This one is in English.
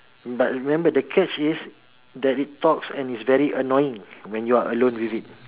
but remember the catch is that it talks and is very annoying when you are alone with it